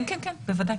כן, בוודאי.